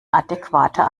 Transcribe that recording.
adäquater